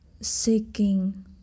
seeking